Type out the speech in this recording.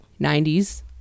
90s